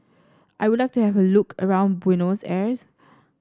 I would like to have a look around Buenos Aires